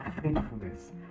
Faithfulness